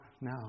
now